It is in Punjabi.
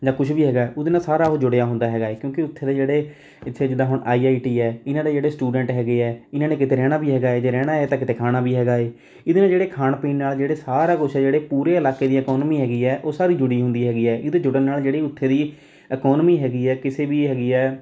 ਜਾਂ ਕੁਛ ਵੀ ਹੈਗਾ ਉਹਦੇ ਨਾਲ ਸਾਰਾ ਉਹ ਜੁੜਿਆ ਹੁੰਦਾ ਹੈਗਾ ਹੈ ਕਿਉਂਕਿ ਉੱਥੇ ਦੇ ਜਿਹੜੇ ਇੱਥੇ ਜਿੱਦਾਂ ਹੁਣ ਆਈ ਆਈ ਟੀ ਹੈ ਇਹਨਾਂ ਦੇ ਜਿਹੜੇ ਸਟੂਡੈਂਟ ਹੈਗੇ ਹੈ ਇਹਨਾਂ ਨੇ ਕਿਤੇ ਰਹਿਣਾ ਵੀ ਹੈਗਾ ਹੈ ਜੇ ਰਹਿਣਾ ਹੈ ਤਾਂ ਕਿਤੇ ਖਾਣਾ ਵੀ ਹੈਗਾ ਹੈ ਇਹਦੇ ਨਾ ਜਿਹੜੇ ਖਾਣ ਪੀਣ ਨਾਲ ਜਿਹੜੇ ਸਾਰਾ ਕੁਛ ਹੈ ਜਿਹੜੇ ਪੂਰੇ ਇਲਾਕੇ ਦੀ ਇਕੋਨਮੀ ਹੈਗੀ ਹੈ ਉਹ ਸਾਰੀ ਜੁੜੀ ਹੁੰਦੀ ਹੈਗੀ ਹੈ ਇਹਦੇ ਜੁੜਨ ਨਾਲ ਜਿਹੜੀ ਉੱਥੇ ਦੀ ਇਕੋਮਨੀ ਹੈਗੀ ਹੈ ਕਿਸੇ ਵੀ ਹੈਗੀ ਹੈ